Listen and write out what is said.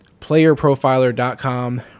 playerprofiler.com